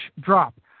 drop